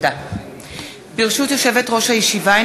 ברשות יושבת-ראש הישיבה,